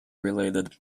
related